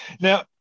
Now